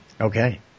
Okay